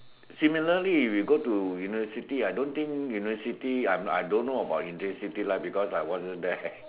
similarly you go to university I don't think university I don't know about university life because I wasn't there